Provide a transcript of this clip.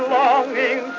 longing